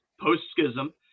post-schism